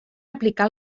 aplicar